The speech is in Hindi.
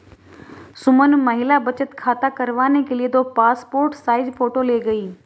सुमन महिला बचत खाता करवाने के लिए दो पासपोर्ट साइज फोटो ले गई